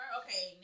okay